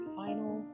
final